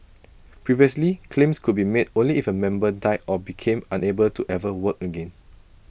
previously claims could be made only if A member died or became unable to ever work again